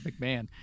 McMahon